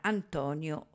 Antonio